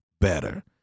better